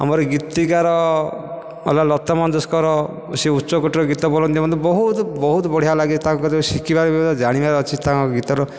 ଆମର ଗୀତିକାର ହେଲା ଲତା ମଞ୍ଜେସ୍କର ସେ ଉଚ୍ଚ କୋଟିର ଗୀତ ବୋଲନ୍ତି ମୋତେ ବହୁତ ବହୁତ ବଢ଼ିଆ ଲାଗେ ତାଙ୍କ ଯେଉଁ ଶିଖିବା ବି ଜାଣିବାର ଅଛି ତାଙ୍କ ଗୀତର